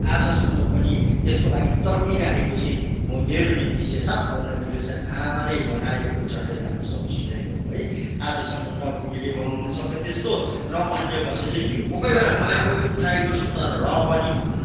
आजसम्म पनि यसको लागि तड्पिराखेको चाहिँ म मेरा निम्ति चाहिँ सबभन्दा मिठो चाहिँ आमाले बनाएको चटेलाको सब्जी नै हो है आजसम्म न बुढीले बनाउन सक्यो त्यस्तो न अन्य कसैले दियो कोही कोही बेला म आफै पनि ट्राई गर्छु तर र पनि हुँदैन